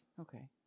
Okay